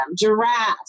giraffes